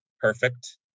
perfect